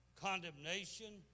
condemnation